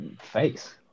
face